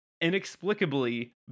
inexplicably